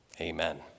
Amen